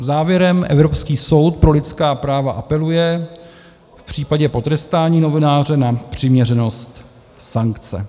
Závěrem Evropský soud pro lidská práva apeluje v případě potrestání novináře na přiměřenost sankce.